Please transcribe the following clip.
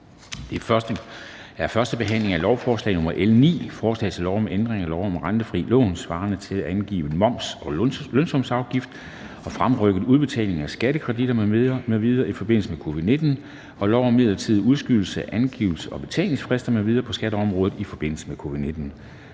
8) 1. behandling af lovforslag nr. L 9: Forslag til lov om ændring af lov om rentefrie lån svarende til angivet moms og lønsumsafgift og fremrykket udbetaling af skattekreditter m.v. i forbindelse med covid-19 og lov om midlertidig udskydelse af angivelses- og betalingsfrister m.v. på skatteområdet i forbindelse med covid-19.